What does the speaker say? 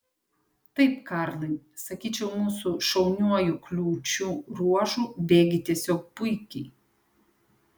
taip karlai sakyčiau mūsų šauniuoju kliūčių ruožu bėgi tiesiog puikiai